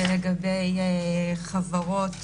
ולגבי עמותות